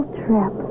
trip